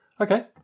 Okay